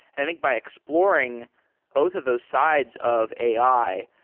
i think by exploring both of those sides of ai,